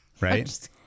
Right